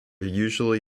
usually